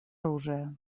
оружия